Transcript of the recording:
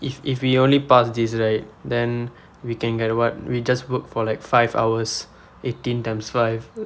if if we only pass this right then we can get what we just work for like five hours eighteen times five